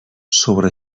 sobre